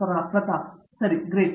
ಪ್ರತಾಪ್ ಹರಿಡೋಸ್ ಸರಿ ಗ್ರೇಟ್